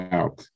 out